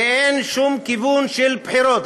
ואין שום כיוון של בחירות.